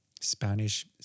Spanish